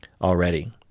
already